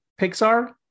Pixar